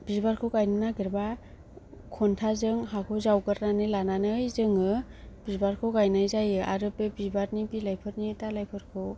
बिबारखौ गायनो नागेरबा खन्थाजों हाखौ जावगोरनानै लानानै जोङो बिबारखौ गायनाय जायो आरो बे बिबारनि बिलाइफोरनि दालाइफोरखौ